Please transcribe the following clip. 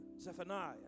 Zephaniah